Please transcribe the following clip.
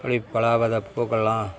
இப்படி பலவித பூக்கள்லாம்